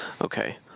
Okay